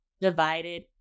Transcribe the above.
divided